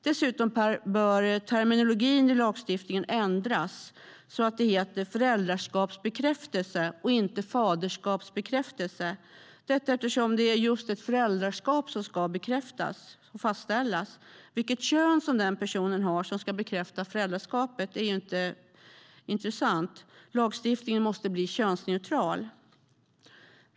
Dessutom bör terminologin i lagstiftningen ändras så att det heter föräldraskapsbekräftelse och inte faderskapsbekräftelse - detta eftersom det är just ett föräldraskap som ska bekräftas och fastställas. Vilket kön den person har som ska bekräfta sitt föräldraskap är inte intressant. Lagstiftningen måste bli könsneutral.